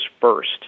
first